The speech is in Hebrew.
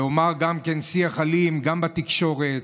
ואומר גם שיח אלים, גם בתקשורת,